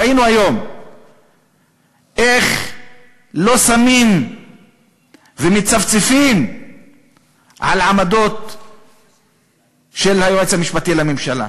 ראינו היום איך לא שמים ומצפצפים על עמדות של היועץ המשפטי לממשלה.